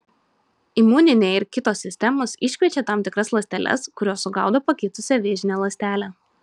imuninė ir kitos sistemos iškviečia tam tikras ląsteles kurios sugaudo pakitusią vėžinę ląstelę